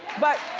but,